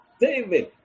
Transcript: David